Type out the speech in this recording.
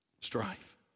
Strife